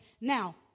Now